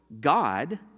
God